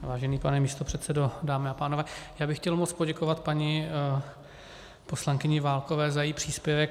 Vážený pane místopředsedo, dámy a pánové, já bych chtěl moc poděkovat paní poslankyni Válkové za její příspěvek.